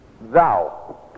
thou